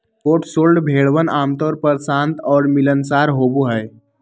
Cotswold भेड़वन आमतौर पर शांत और मिलनसार होबा हई